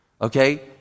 Okay